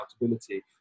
accountability